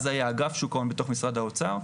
אז היה אגף שוק ההון בתוך משרד האוצר.